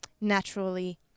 naturally